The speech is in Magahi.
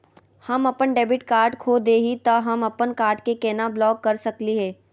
हम अपन डेबिट कार्ड खो दे ही, त हम अप्पन कार्ड के केना ब्लॉक कर सकली हे?